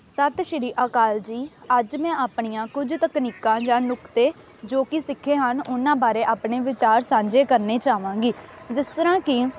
ਸਤਿ ਸ਼੍ਰੀ ਅਕਾਲ ਜੀ ਅੱਜ ਮੈਂ ਆਪਣੀਆਂ ਕੁਝ ਤਕਨੀਕਾਂ ਜਾਂ ਨੁਕਤੇ ਜੋ ਕਿ ਸਿੱਖੇ ਹਨ ਉਹਨਾਂ ਬਾਰੇ ਆਪਣੇ ਵਿਚਾਰ ਸਾਂਝੇ ਕਰਨੇ ਚਾਹਵਾਂਗੀ ਜਿਸ ਤਰ੍ਹਾਂ ਕਿ